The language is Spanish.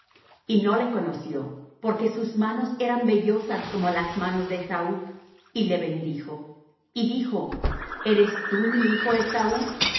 y no le conoció porque sus manos eran vellosas como las manos de esaú y le bendijo y dijo eres tú mi hijo esaú y